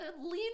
lean